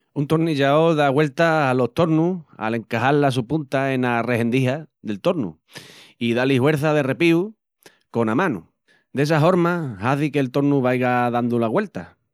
Un tornillaol da güeltas alos tornus al encaxal la su punta ena rehendija del tornu i dá-li huerça de repíu cona manu, dessa horma hazi que'l tornu vaiga dandu la güelta.